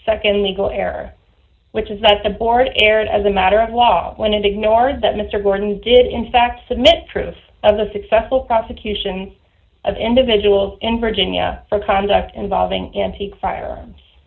error which is that the board erred as a matter of law when it ignores that mr gordon did in fact submit proof of the successful prosecution of individuals in virginia for conduct involving antique firearms